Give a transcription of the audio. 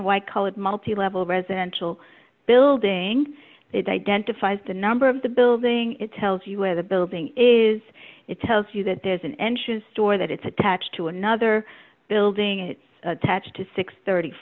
and white colored multilevel residential building it identifies the number of the building it tells you where the building is it tells you that there's an entrance door that it's attached to another building it's attached to six